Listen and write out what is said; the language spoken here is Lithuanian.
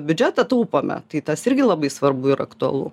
biudžetą taupome tai tas irgi labai svarbu ir aktualu